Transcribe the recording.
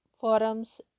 forums